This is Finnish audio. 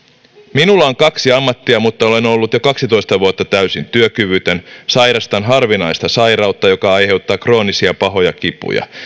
minulla on kaksi ammattia mutta olen ollut jo kaksitoista vuotta täysin työkyvytön sairastan harvinaista sairautta joka aiheuttaa kroonisia pahoja kipuja